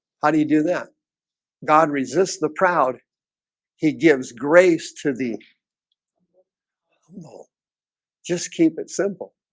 how do you do that god resists the proud he gives grace to the um you know just keep it simple